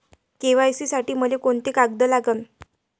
KYC साठी मले कोंते कागद लागन?